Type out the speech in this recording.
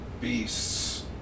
beasts